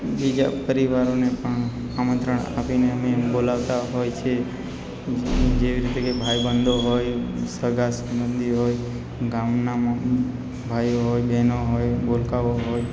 બીજા પરિવારોને પણ આમંત્રણ આપીને અમે બોલાવતા હોય છે જેવી રીતે કે ભાઈ બંધો હોય સગા સંબંધી હોય ગામના ભાઈઓ હોય બહેનો હોય ભૂલકાઓ હોય